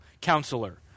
counselor